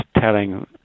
telling